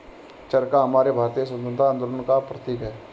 चरखा हमारे भारतीय स्वतंत्रता आंदोलन का प्रतीक है